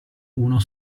uno